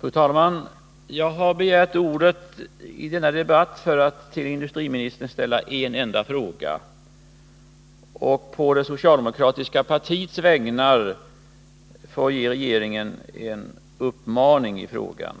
Fru talman! Jag har begärt ordet i denna debatt för att till industriministern Om sysselsättningställa en enda fråga och för att på det socialdemokratiska partiets vägnar ge en vid Kalmar regeringen en uppmaning beträffande Kalmar Varv.